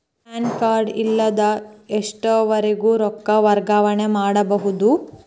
PAN card ಇಲ್ಲದ ಎಷ್ಟರವರೆಗೂ ರೊಕ್ಕ ವರ್ಗಾವಣೆ ಮಾಡಬಹುದು?